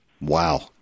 Wow